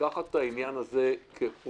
לקחת את העניין הזה כפרויקט